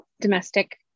domestic